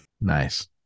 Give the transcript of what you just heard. nice